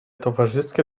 towarzyskie